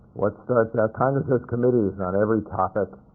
like starts out congress has committees on every topic